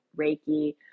Reiki